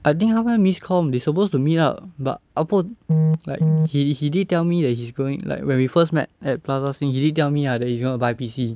I think 他们 miscomm they supposed to meet up but ah bo like he he did tell me that he's going like when we first met at plaza sing he did tell me that he's going to buy P_C